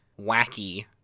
wacky